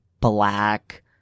black –